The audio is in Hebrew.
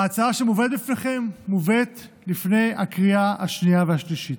ההצעה מובאת בפניכם לפני הקריאה השנייה והשלישית.